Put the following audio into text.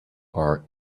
are